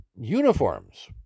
uniforms